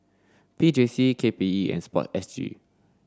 P J C K P E and sport S G